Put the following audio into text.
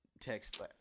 text